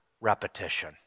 repetition